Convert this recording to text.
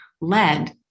led